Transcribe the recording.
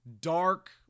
dark